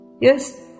Yes